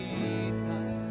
Jesus